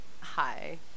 hi